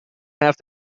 have